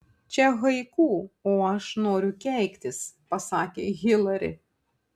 čia haiku o aš noriu keiktis pasakė hilari